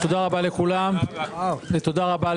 הישיבה ננעלה בשעה 13:30.